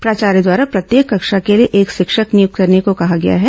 प्राचार्य द्वारा प्रत्येक कक्षा के लिए एक शिक्षक नियुक्त करने कहा गया है